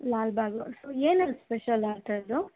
Lalbagh so ಏನಲ್ಲಿ special ಅಂಥದ್ದು